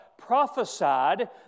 prophesied